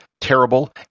terrible